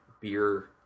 beer